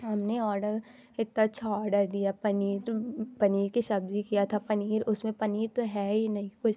हमने ऑर्डर इतना अच्छा ऑर्डर दिया पनीर पनीर की सब्ज़ी किया था पनीर उसमें पनीर तो है ही नहीं कुछ